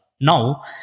Now